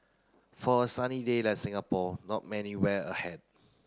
for a sunny day like Singapore not many wear a hat